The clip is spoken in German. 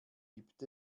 gibt